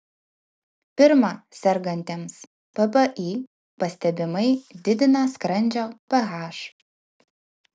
pirma sergantiems ppi pastebimai didina skrandžio ph